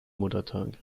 muttertag